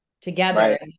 together